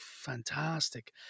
fantastic